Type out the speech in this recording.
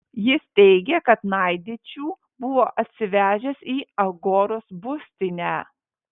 jis teigė kad naidičių buvo atsivežęs į agoros būstinę